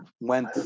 went